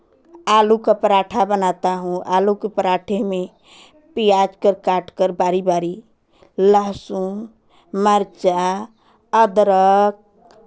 आलू का पराठा बनाता हूँ आलू के पराठे में प्याज को काट कर बारी बारी लहसुन मरचा अदरक